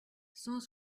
cent